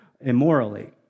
immorally